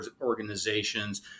organizations